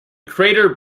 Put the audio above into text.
crater